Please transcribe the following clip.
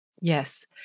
yes